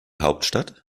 hauptstadt